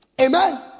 Amen